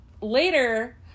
later